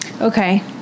Okay